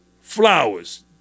flowers